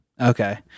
Okay